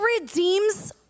redeems